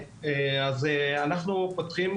אז אנחנו פותחים,